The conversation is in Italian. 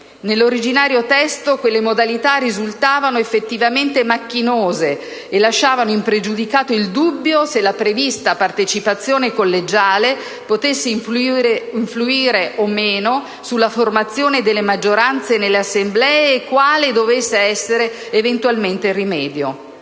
Nell'originario testo, quelle modalità risultavano effettivamente macchinose e lasciavano impregiudicato il dubbio se la prevista partecipazione collegiale potesse influire o meno sulla formazione delle maggioranze nelle Assemblee e quale dovesse essere eventualmente il rimedio.